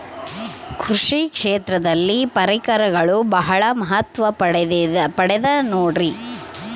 ಕೃಷಿ ಕ್ಷೇತ್ರದಲ್ಲಿ ಪರಿಕರಗಳು ಬಹಳ ಮಹತ್ವ ಪಡೆದ ನೋಡ್ರಿ?